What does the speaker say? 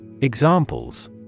Examples